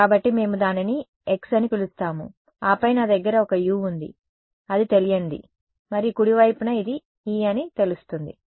కాబట్టి మేము దానిని X అని పిలుస్తాము ఆపై నా దగ్గర ఒక u ఉంది అది తెలియనిది మరియు కుడి వైపున ఇది e అని తెలుస్తుంది